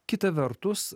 kita vertus